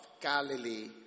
Galilee